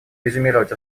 резюмировать